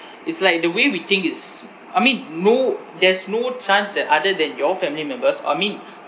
it's like the way we think is I mean no there's no chance that other than your family members or I mean